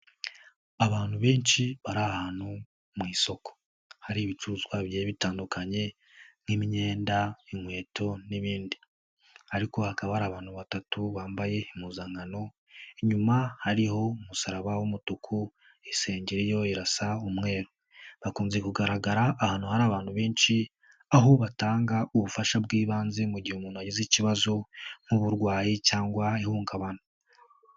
Abantu benshi bari ahantu mu isoko hari ibicuruzwa bigiye bitandukanye nk'imyenda, inkweto n'ibindi ariko hakaba hari abantu batatu bambaye impuzankano inyuma hariho umusaraba w'umutuku, isengeri yo irasa umweru bakunze kugaragara ahantu hari abantu benshi aho batanga ubufasha bw'ibanze mu gihe umuntu agize ikibazo nk'uburwayi cyangwa ihungabana.